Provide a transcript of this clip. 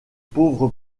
pauvre